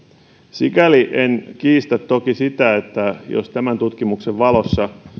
sikäli en toki kiistä sitä että jos tämän tutkimuksen valossa